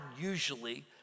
usually